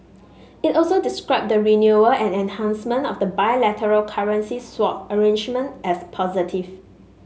it also described the renewal and enhancement of the bilateral currency swap arrangement as positive